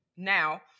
Now